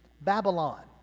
Babylon